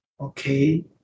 okay